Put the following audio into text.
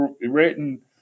written